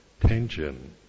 tension